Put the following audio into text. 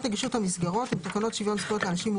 "תקנות נגישות המסגרות" תקנות שוויון זכויות לאנשים עם